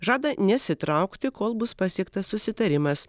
žada nesitraukti kol bus pasiektas susitarimas